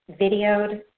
videoed